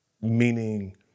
meaning